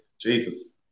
Jesus